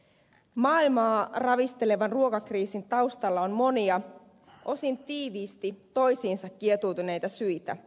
maailmaa ravistelevan ruokakriisin taustalla on monia osin tiiviisti toisiinsa kietoutuneita syitä